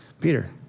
Peter